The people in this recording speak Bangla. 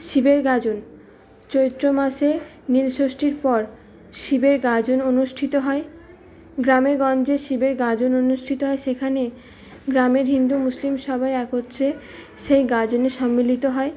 শিবের গাজন চৈত্র মাসে নীল ষষ্ঠীর পর শিবের গাজন অনুষ্ঠিত হয় গ্রামে গঞ্জে শিবের গাজন অনুষ্ঠিত হয় সেখানে গ্রামের হিন্দু মুসলিম সবাই একত্রে সেই গাজনে সম্মিলিত হয়